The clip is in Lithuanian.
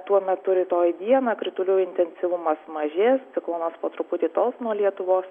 tuo metu rytoj dieną kritulių intensyvumas mažės ciklonas po truputį tols nuo lietuvos